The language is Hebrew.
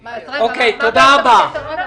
אפרת, העמותה של יחד קשורה למעוז?